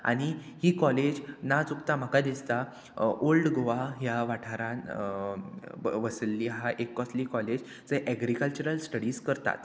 आनी ही कॉलेज नाचुकता म्हाका दिसता ओल्ड गोवा ह्या वाठारान वसयल्ली आहा एक कसली कॉलेज जंय एग्रीकल्चरल स्टडीज करतात